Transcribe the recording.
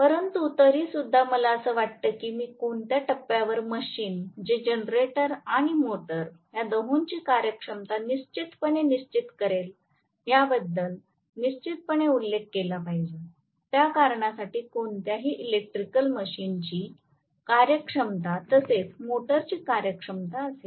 परंतु तरी सुद्धा मला असं वाटत की मी कोणत्या टप्प्यावर मशीन जे जनरेटर आणि मोटर या दोहोंची कार्यक्षमता निश्चितपणे निश्चित करते आहे याबद्दल निश्चितपणे उल्लेख केला पाहिजे त्या कारणासाठी कोणत्याही इलेक्ट्रिकल मशीनची कार्यक्षमता तसेच मोटरची कार्यक्षमता असेल